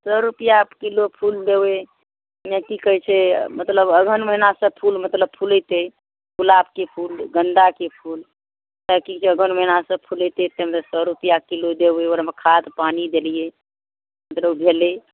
सए रुपआ किलो फूल देबै की कहै छै मतलब अगहन महिनासँ फूल मतलब फुलेतै गुलाबके फूल गेंदाके फूल तऽ की कहै छै अगहन महिनासँ फूलैतै ताहिमे सए रुपआ किलो देबै ओकरामे खाद पानि देलियै फेर ओ भेलै